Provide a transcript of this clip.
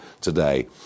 today